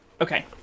Okay